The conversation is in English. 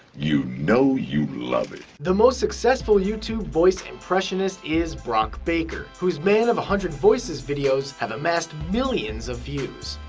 you know you love it. the most successful youtuber voice impressionist is brock baker whose man of one hundred voices videos have amassed millions of views.